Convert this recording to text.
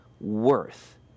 worth